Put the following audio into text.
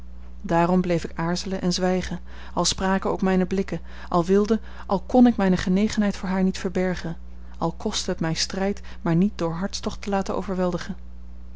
daarom bleef ik aarzelen en zwijgen al spraken ook mijne blikken al wilde al kon ik mijne genegenheid voor haar niet verbergen al kostte het mij strijd mij niet door hartstocht te laten overweldigen